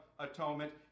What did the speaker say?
Atonement